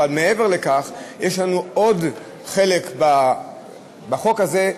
אבל מעבר לכך יש לנו עוד חלק בחוק הזה,